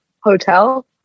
Hotel